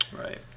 Right